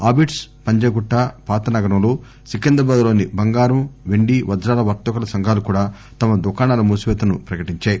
అబిడ్స్ పంజాగుట్ల పాతనగరంలో సికింద్రాబాద్ లోని బంగారం పెండి వజ్రాల వర్తకుల సంఘాలు కూడా తమ దుకాణాల మూసివేతను ప్రకటించాయి